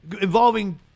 Involving